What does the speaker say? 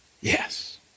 yes